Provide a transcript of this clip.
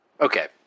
Okay